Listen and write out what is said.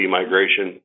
migration